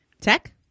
Tech